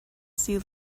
sea